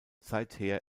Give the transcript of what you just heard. seither